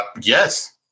Yes